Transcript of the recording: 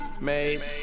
Made